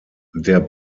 der